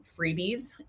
freebies